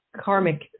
Karmic